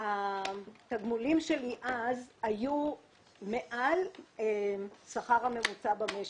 התגמולים שלי אז היו מעל השכר הממוצע במשק,